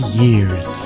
years